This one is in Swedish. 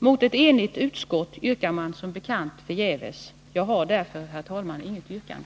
Mot ett enigt utskott yrkar man som bekant förgäves. Jag har därför, herr talman, inget yrkande.